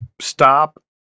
stop